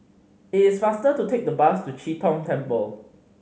it is faster to take the bus to Chee Tong Temple